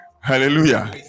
Hallelujah